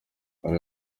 ali